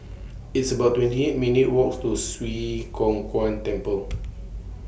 It's about twenty eight minutes' Walk to Swee Kow Kuan Temple